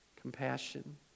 compassion